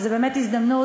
וזו באמת הזדמנות,